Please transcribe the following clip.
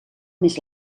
més